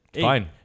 fine